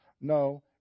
no